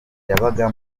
yabaga